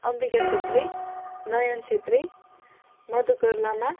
Ambika Chhetri Nayan Chhetri Madhukar Lama